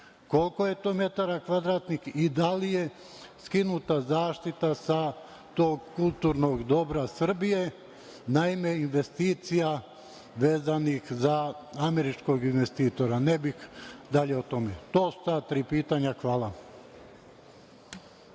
koliko je to metara kvadratnih i da li je skinuta zaštita sa tog kulturnog dobra Srbije na ime investicija vezanih za američkog investitora? Ne bih dalje o tome. To su ta tri pitanja. Hvala.